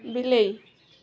ବିଲେଇ